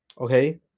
Okay